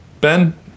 Ben